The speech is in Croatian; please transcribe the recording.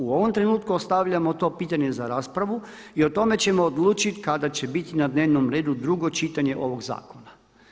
U ovom trenutku ostavljamo to pitanje za raspravu i o tome ćemo odlučiti kada će biti na dnevnom redu drugo čitanje ovoga zakona.